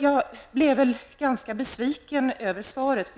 Jag blev ganska besviken över svaret.